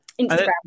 Instagram